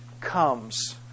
comes